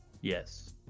yes